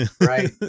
Right